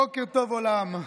בוקר טוב, עולם.